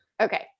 Okay